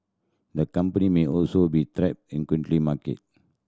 the company may also be market